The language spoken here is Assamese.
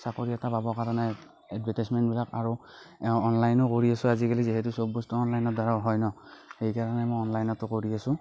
চাকৰি এটা পাবৰ কাৰণে এডভাটাইছমেণ্টবিলাক আৰু অনলাইনো কৰি আছো আজিকালি যিহেতু চব বস্তু অনলাইনৰ দ্বাৰাও হয় ন সেইকাৰণে মই অনলাইনতো কৰি আছো